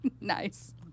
Nice